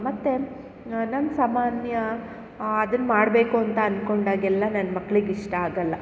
ಮತ್ತು ನನ್ಗೆ ಸಾಮಾನ್ಯ ಅದನ್ನ ಮಾಡಬೇಕು ಅಂತ ಅಂದುಕೊಂಡಾಗೆಲ್ಲ ನನ್ನ ಮಕ್ಳಿಗೆ ಇಷ್ಟ ಆಗಲ್ಲ